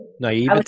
naive